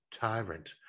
tyrant